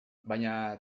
baina